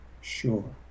Sure